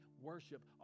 worship